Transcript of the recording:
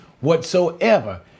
whatsoever